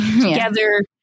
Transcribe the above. together